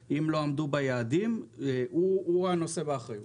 אם לא עמדו ביעדים והוא הנושא באחריות.